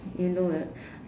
you know right